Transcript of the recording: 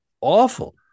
awful